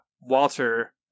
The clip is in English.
Walter